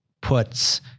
puts